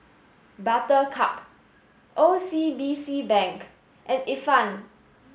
Buttercup O C B C Bank and Ifan